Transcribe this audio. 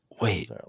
Wait